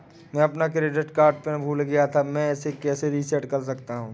मैं अपना credit card PIN भूल गया था मैं इसे कैसे रीसेट कर सकता हूँ?